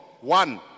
one